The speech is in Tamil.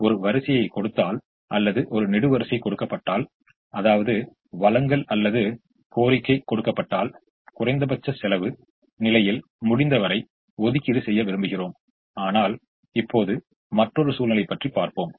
எனவே ஒரு வரிசையைக் கொடுத்தால் அல்லது ஒரு நெடுவரிசை கொடுக்கப்பட்டால் அதாவது வழங்கல் அல்லது கோரிக்கை கொடுக்கப்பட்டால் குறைந்த பட்ச செலவு நிலையில் முடிந்தவரை ஒதுக்கீடு செய்ய விரும்புகிறோம் ஆனால் இப்போது மற்றொரு சூழ்நிலையைப் பற்றி பார்ப்போம்